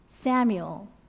Samuel